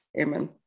Amen